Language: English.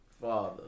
father